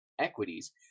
Equities